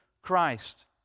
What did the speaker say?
Christ